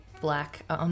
black